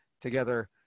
together